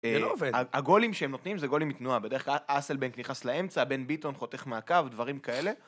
זה לא עובד. הגולים שהם נותנים זה גולים מתנועה, בדרך כלל אסל בן נכנס לאמצע, בן ביטון חותך מהקו, דברים כאלה.